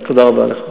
אז תודה רבה לך.